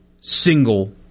single